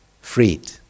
freed